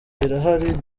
irahari